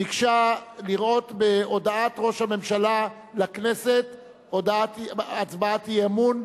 ביקשה לראות בהודעת ראש הממשלה לכנסת הצבעת אי-אמון,